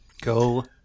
go